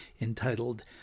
entitled